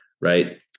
Right